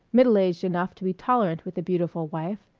middle-aged enough to be tolerant with a beautiful wife,